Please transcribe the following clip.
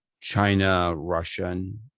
China-Russian